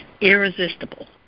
irresistible